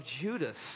Judas